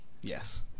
Yes